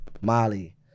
Molly